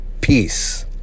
peace